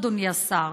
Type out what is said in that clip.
אדוני השר.